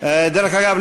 דרך אגב,